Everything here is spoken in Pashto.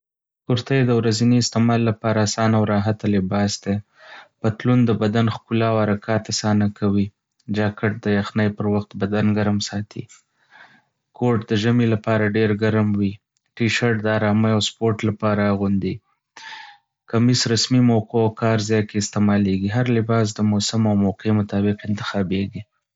کورتۍ د ورځني استعمال لپاره اسانه او راحت لباس دی. پتلون د بدن ښکلا او حرکات اسانه کوي. جاکټ د یخنۍ پر وخت بدن ګرم ساتي. کوټ د ژمي لپاره ډېر ګرم وي. ټي شرټ د آرامۍ او سپورټ لپاره اغوندي. کميس رسمي موقعو او کار ځای کې استعمالیږي. هر لباس د موسم او موقع مطابق انتخابیږي.